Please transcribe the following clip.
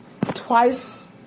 twice